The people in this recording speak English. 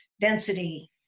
density